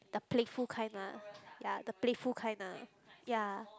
the playful kind lah ya the playful kind ah ya